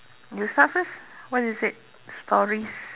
you start first what is it stories